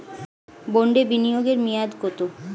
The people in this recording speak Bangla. বন্ডে বিনিয়োগ এর মেয়াদ কত?